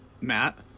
Matt